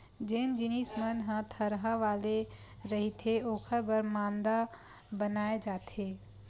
जेन जिनिस मन ह थरहा वाले रहिथे ओखर बर मांदा बनाए जाथे